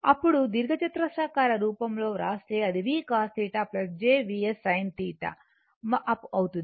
ఇప్పుడు దీర్ఘచతురస్రాకార రూపంలో వ్రాస్తే అది v cos θ j Vs sin θ అవుతుంది